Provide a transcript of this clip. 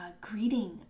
greeting